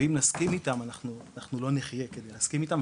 ואם נסכים איתם אנחנו לא נחיה כדי להסכים איתם,